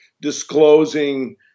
disclosing